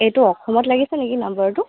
এইটো অসমত লাগিছে নেকি নম্বৰটো